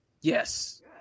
Yes